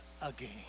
again